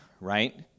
right